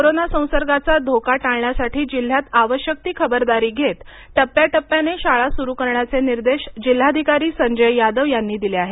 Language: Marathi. कोरोना संसर्गांचा धोका टाळण्यासाठी जिल्ह्यात आवश्यक ती खबरदारी घेत टप्प्याटप्प्याने शाळा सुरु करण्याचे निर्देश जिल्हाधिकारी संजय यादव यांनी दिले आहेत